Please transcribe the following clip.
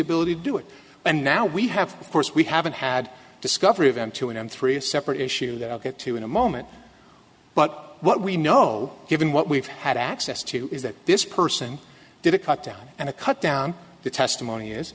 ability to do it and now we have of course we haven't had discovery of m two and on three separate issues that i'll get to in a moment but what we know given what we've had access to is that this person did a cut down and a cut down the testimony is